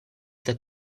the